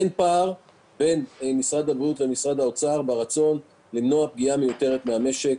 אין פער בין משרד הבריאות למשרד האוצר ברצון למנוע פגיעה מיותרת במשק,